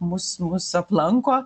mus mus aplanko